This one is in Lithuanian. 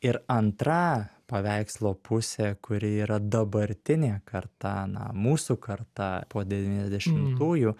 ir antra paveikslo pusė kuri yra dabartinė karta na mūsų karta po devyniasdešimtųjų